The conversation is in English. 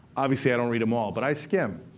obviously, i don't read them all, but i skim.